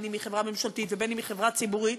בין שהיא חברה ממשלתית ובין שהיא חברה ציבורית,